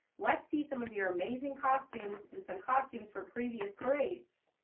let's see some of your amazing costumes and some costumes from previous parades.